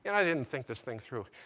and i didn't think this thing through.